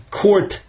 court